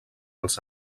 als